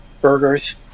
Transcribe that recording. burgers